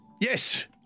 yes